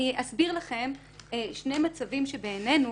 אני אסביר לכם שני מצבים שבעינינו